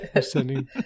sending